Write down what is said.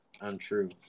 untrue